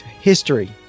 History